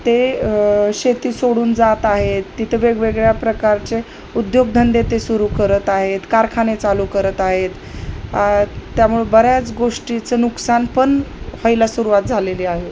ते शेती सोडून जात आहेत तिथं वेगवेगळ्या प्रकारचे उद्योगधंदे ते सुरू करत आहेत कारखाने चालू करत आहेत त्यामुळं बऱ्याच गोष्टीचं नुकसानपण व्हायला सुरुवात झालेली आहे